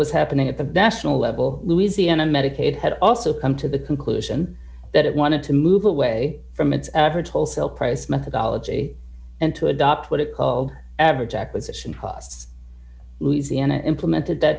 was happening at the national level louisiana medicaid had also come to the conclusion that it wanted to move away from its average wholesale price methodology and to adopt what it called average acquisition costs louisiana implemented that